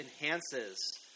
enhances